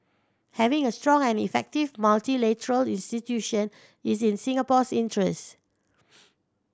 having a strong and effective multilateral institution is in Singapore's interest